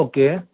okay